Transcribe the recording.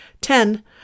Ten